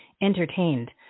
entertained